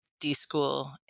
d.school